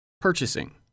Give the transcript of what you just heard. Purchasing